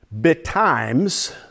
betimes